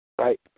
right